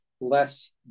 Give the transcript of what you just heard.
less